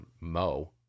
Mo